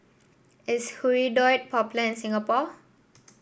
is Hirudoid popular in Singapore